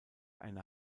eine